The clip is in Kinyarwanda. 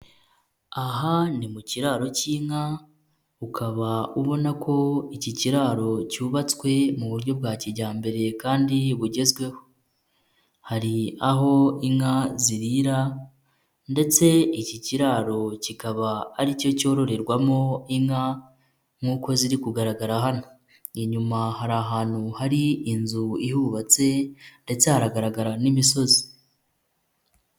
Aha ni mu kiraro cy'inka ukaba ubona ko iki kiraro cyubatswe mu buryo bwa kijyambere kandi bugezweho, hari aho inka zirira ndetse iki kiraro kikaba ari cyo cyororerwamo inka nk'uko ziri kugaragara hano, inyuma hari ahantu hari inzu ihubatse ndetse haragaragara n'imisozi.